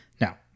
now